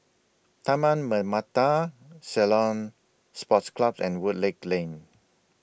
Taman Permata Ceylon Sports Club and Woodleigh Lane